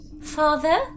Father